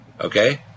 okay